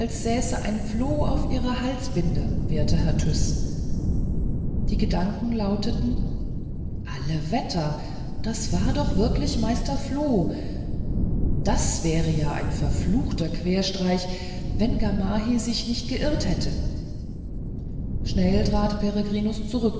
ein floh auf ihrer halsbinde werter herr tyß die gedanken lauteten alle wetter das war doch wirklich meister floh das wäre ja ein verfluchter querstreich wenn gamaheh sich nicht geirrt hätte schnell trat